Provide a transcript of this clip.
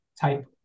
type